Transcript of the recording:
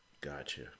Gotcha